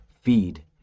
feed